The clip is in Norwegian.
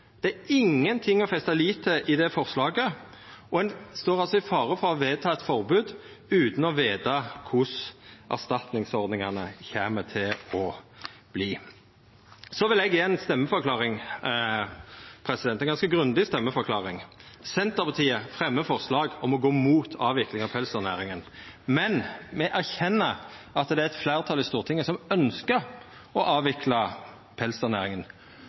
Det er ingenting å festa lit til i det forslaget, og ein står i fare for å vedta eit forbod utan å vita korleis erstatningsordningane kjem til å verta. Så vil eg gje ei stemmeforklaring, ei ganske grundig stemmeforklaring. Senterpartiet fremjar forslag om å gå imot avvikling av pelsdyrnæringa. Men me erkjenner at det er eit fleirtal i Stortinget som ønskjer å avvikla pelsdyrnæringa,